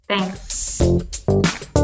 Thanks